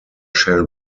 shall